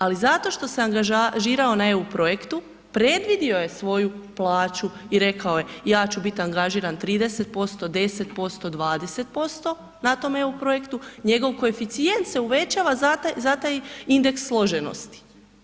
Ali, zato što se angažirao na EU projektu, predvidio je svoju plaću i rekao je, ja ću biti angažiran 30%, 10%, 20% na tom EU projektu, njegov koeficijent se uvećava za taj indeks složenosti.